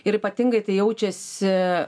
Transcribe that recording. ir ypatingai tai jaučiasi